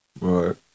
Right